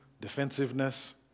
defensiveness